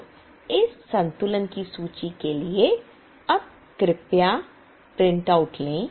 तो इस संतुलन की सूची के लिए अब कृपया प्रिंटआउट लें